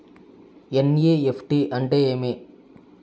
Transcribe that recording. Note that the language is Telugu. ఎన్.ఇ.ఎఫ్.టి అంటే ఏమి